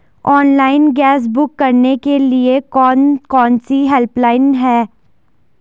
Online gas book करने के लिए कौन कौनसी हेल्पलाइन हैं?